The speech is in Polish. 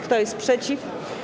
Kto jest przeciw?